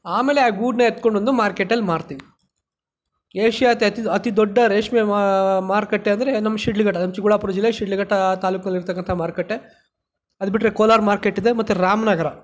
ಆಮೇಲೆ ಆ ಗೂಡನ್ನ ಎತ್ಕೊಂಡು ಬಂದು ಮಾರ್ಕೆಟಲ್ಲಿ ಮಾರ್ತೀವಿ ಏಷ್ಯಾದ ಅತಿ ದೊಡ್ಡ ರೇಷ್ಮೆ ಮಾರುಕಟ್ಟೆ ಅಂದರೆ ನಮ್ಮ ಶಿಡ್ಲಘಟ್ಟ ನಮ್ಮ ಚಿಕ್ಕಬಳ್ಳಾಪುರ ಜಿಲ್ಲೆ ಶಿಡ್ಲಘಟ್ಟ ತಾಲ್ಲೂಕಲ್ಲಿ ಇರತಕ್ಕಂಥ ಮಾರುಕಟ್ಟೆ ಅದು ಬಿಟ್ಟರೆ ಕೋಲಾರ ಮಾರ್ಕೆಟ್ ಇದೆ ಮತ್ತು ರಾಮನಗರ